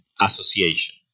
Association